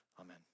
amen